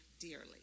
dearly